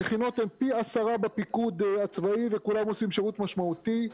המכינות הן פי עשרה בפיקוד הצבאי וכולם עושים שירות משמעותי,